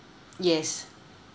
yes